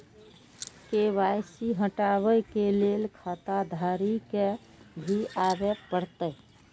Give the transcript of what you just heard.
KYC हटाबै के लैल खाता धारी के भी आबे परतै?